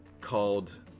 called